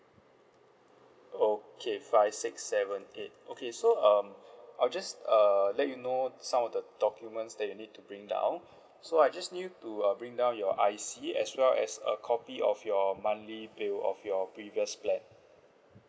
okay five six seven eight okay so um I'll just uh let you know some of the documents that you need to bring down so I just need you to uh bring down your I_C as well as a copy of your monthly bill of your previous plan